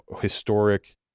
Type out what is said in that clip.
historic